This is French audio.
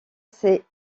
sait